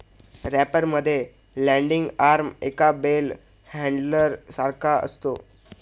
wrapper मध्ये landing arm एका bell handler सारखा असतो